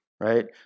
right